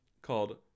Called